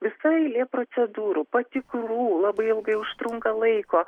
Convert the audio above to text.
visa eilė procedūrų patikrų labai ilgai užtrunka laiko